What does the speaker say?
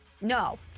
No